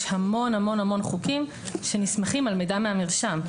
יש המון חוקים שנסמכים על מידע מהמרשם.